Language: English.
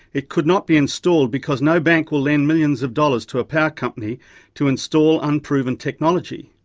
it could not be installed because no bank will lend millions of dollars to a power company to install unproven technology.